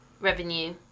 revenue